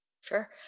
Sure